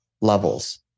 levels